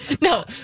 No